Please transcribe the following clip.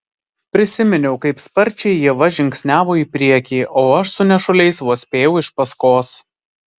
prisiminiau kaip sparčiai ieva žingsniavo į priekį o aš su nešuliais vos spėjau iš paskos